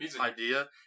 idea